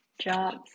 jobs